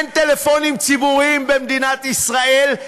אין טלפונים ציבוריים במדינת ישראל,